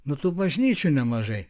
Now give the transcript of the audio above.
nu tų bažnyčių nemažai